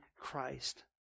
Christ